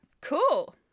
Cool